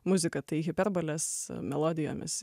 muzika tai hiperbolės melodijomis